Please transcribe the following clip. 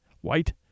white